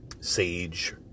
sage